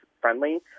friendly